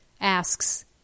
asks